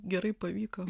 gerai pavyko